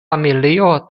familio